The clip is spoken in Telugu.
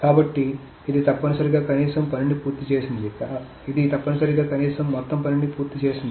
కాబట్టి ఇది తప్పనిసరిగా కనీసం పనిని పూర్తి చేసింది కాబట్టి ఇది తప్పనిసరిగా కనీసం మొత్తం పనిని పూర్తి చేసింది